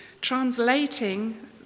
translating